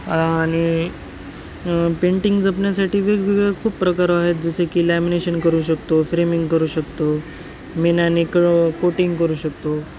आणि पेंटिंग जपण्यासाठी वेगवेगळ्या खूप प्रकार आहेत जसे की लॅमिनेशन करू शकतो फ्रेमिंग करू शकतो मेणाने क्रो कोटिंग करू शकतो